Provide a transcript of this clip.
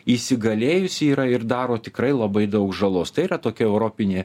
įsigalėjusi yra ir daro tikrai labai daug žalos tai yra tokia europinė